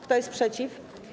Kto jest przeciw?